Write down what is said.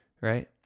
right